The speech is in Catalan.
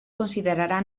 considerarà